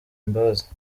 imbabazi